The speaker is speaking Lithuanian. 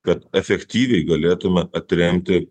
kad efektyviai galėtume atremti